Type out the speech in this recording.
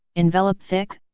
envelope thick,